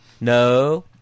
No